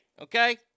okay